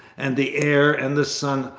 and the air and the sun,